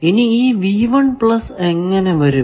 ഇനി ഈ എങ്ങനെ വരും